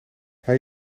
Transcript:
hij